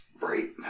right